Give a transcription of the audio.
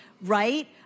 Right